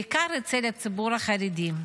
בעיקר אצל הציבור החרדי.